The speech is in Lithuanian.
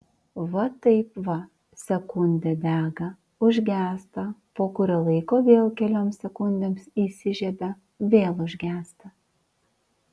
va taip va sekundę dega užgęsta po kurio laiko vėl kelioms sekundėms įsižiebia vėl užgęsta